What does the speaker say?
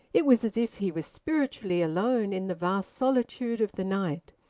it was as if he was spiritually alone in the vast solitude of the night.